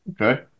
Okay